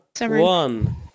one